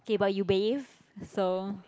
okay but you bathe so